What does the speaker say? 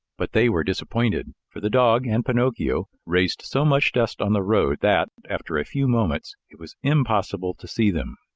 but they were disappointed, for the dog and pinocchio raised so much dust on the road that, after a few moments, it was impossible to see them.